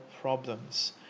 problems